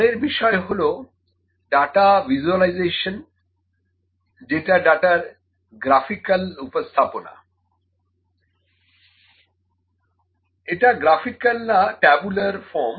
পরের বিষয় হলো ডাটা ভিসুয়ালাইজেশান যেটা ডাটার গ্রাফিকালউপস্থাপনা এটা গ্রাফিকাল নাট্যাবুলার ফর্ম